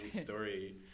story